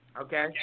okay